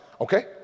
okay